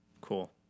Cool